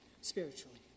spiritually